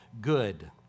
good